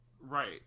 Right